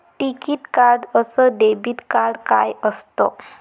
टिकीत कार्ड अस debit card काय असत?